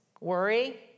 Worry